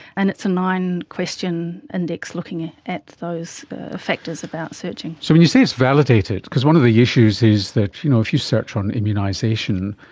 and it's a nine-question index looking at at those factors about searching so when you say it's validated, because one of the issues is that you know if you search on immunisation,